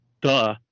Duh